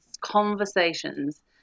conversations